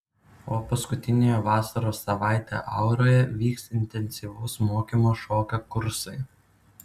o paskutiniąją vasaros savaitę auroje vyks intensyvaus mokymo šokio kursai